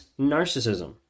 narcissism